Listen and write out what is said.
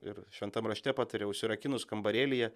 ir šventam rašte pataria užsirakinus kambarėlyje